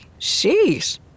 Sheesh